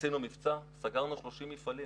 עשינו מבצע, סגרנו 30 מפעלים.